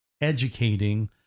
educating